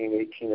18